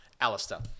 Alistair